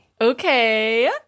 Okay